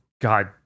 God